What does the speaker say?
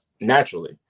naturally